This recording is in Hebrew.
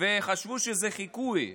וחשבו שזה חיקוי,